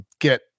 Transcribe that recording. get